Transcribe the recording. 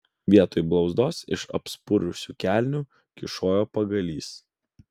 vietoj blauzdos iš apspurusių kelnių kyšojo pagalys